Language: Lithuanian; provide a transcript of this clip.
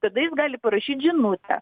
tada jis gali parašyt žinutę